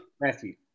Matthew